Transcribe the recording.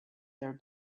their